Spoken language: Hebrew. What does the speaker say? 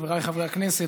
חבריי חברי הכנסת,